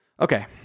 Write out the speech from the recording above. Okay